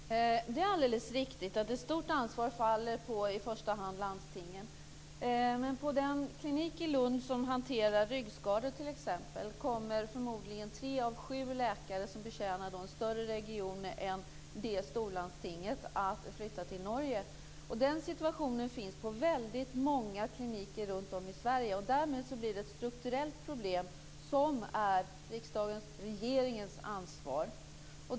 Fru talman! Det är alldeles riktigt att ett stort ansvar faller på i första hand landstingen, men på den klinik i Lund som hanterar ryggskador t.ex. kommer förmodligen tre av sju läkare som betjänar större regioner än det storlandstinget att flytta till Norge, och den situationen finns på väldigt många kliniker runtom i Sverige. Därmed blir detta ett strukturellt problem som är riksdagens och regeringens ansvar.